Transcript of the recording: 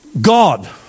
God